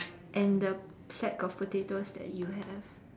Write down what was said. and the sack of potatoes that you have